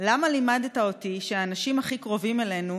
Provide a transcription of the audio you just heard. למה לימדת אותי שהאנשים הכי קרובים אלינו